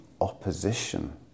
opposition